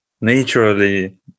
naturally